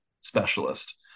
specialist